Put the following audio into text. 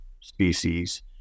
species